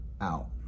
out